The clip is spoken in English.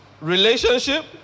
relationship